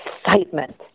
excitement